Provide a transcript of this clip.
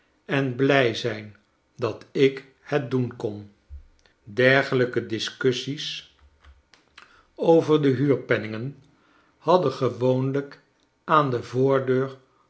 en blij zijn dat ik het doen kon dergelijke discussies over de huurpenningen hadden gewoonlijk aan de voordeur